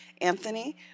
Anthony